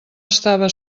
estava